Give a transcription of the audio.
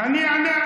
מה אתה עונה?